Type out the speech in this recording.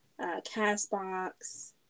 Castbox